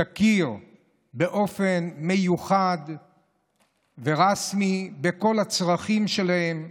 תכיר באופן מיוחד ורשמי בכל הצרכים שלהם,